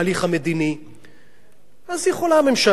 אז יכולה הממשלה אולי להיות מרוצה מדבר כזה,